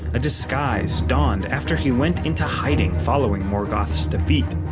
a disguise donned after he went into hiding following morgoth's defeat.